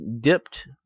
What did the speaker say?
dipped